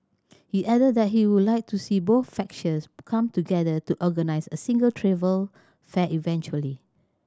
he added that he would like to see both factions come together to organise a single travel fair eventually